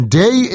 day